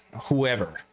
whoever